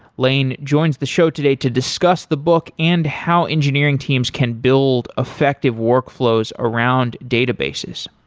laine joins the show today to discuss the book and how engineering teams can build effective workflows around databases.